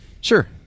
sure